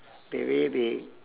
the way they